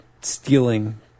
stealing